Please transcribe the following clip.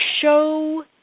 show